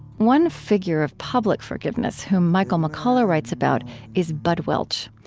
one figure of public forgiveness whom michael mccullough writes about is bud welch.